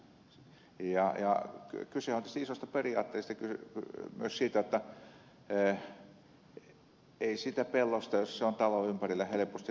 kyse on tietysti isosta periaatteesta myös siitä jotta ei siitä pellosta jos se on talon ympärillä helposti luovuta